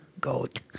goat